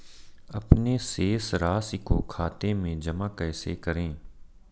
अपने शेष राशि को खाते में जमा कैसे करें?